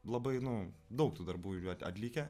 labai nu daug tų darbų yra atlikę